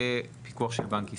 לפיקוח של בנק ישראל?